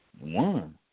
One